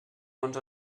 bons